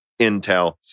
Intel